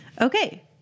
Okay